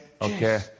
Okay